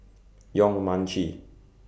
Yong Mun Chee